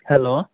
hello